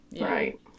Right